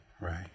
right